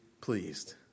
pleased